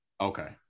Okay